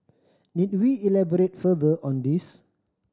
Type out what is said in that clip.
need we elaborate further on this